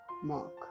Mark